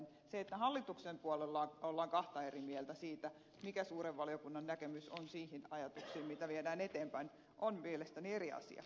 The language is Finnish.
se että hallituksen puolella ollaan kahta eri mieltä siitä mikä suuren valiokunnan näkemys on niistä ajatuksista joita viedään eteenpäin on mielestäni eri asia